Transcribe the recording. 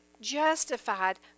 justified